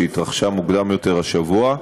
שהתרחשה מוקדם יותר השבוע.